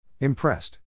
Impressed